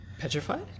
Petrified